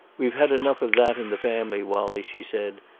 we've had enough of that in the family, wallie, she said.